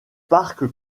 parc